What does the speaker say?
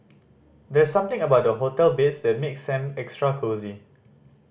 there's something about hotel beds that makes them extra cosy